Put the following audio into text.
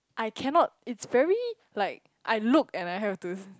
I cannot it's very like I look and I have to